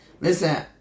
listen